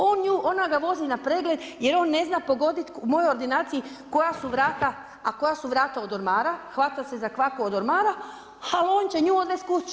On nju, ona ga vozi na pregled jer on ne zna pogoditi u mojoj ordinaciji koja su vrata a koja su vrata od ormara, hvata se za kvaku od ormara ali on će nju odvesti kući.